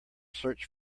search